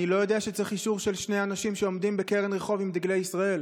אני לא יודע שצריך אישור לשני אנשים שעומדים בקרן רחוב עם דגלי ישראל.